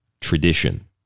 tradition